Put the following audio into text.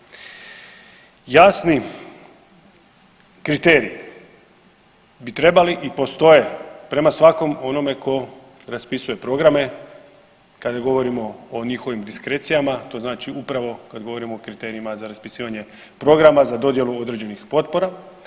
Jasni kriteriji bi trebali i postoje prema svakom onome ko raspisuje programe kada govorimo o njihovim diskrecijama, to znači upravo kad govorimo o kriterijima za raspisivanje programa za dodjelu određenih potpora.